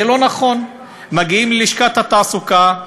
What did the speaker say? זה לא נכון, מגיעים ללשכת התעסוקה,